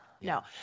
no